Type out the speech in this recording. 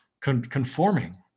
conforming